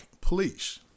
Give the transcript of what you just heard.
police